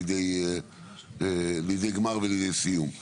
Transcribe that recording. ולכן אני רואה צורך להביא את הנושא הזה לידי גמר ולידי סיום.